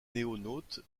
noénautes